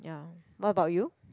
ya what about you